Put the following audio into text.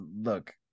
look